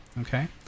okay